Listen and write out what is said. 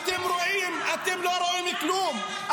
אתם לא רואים כלום.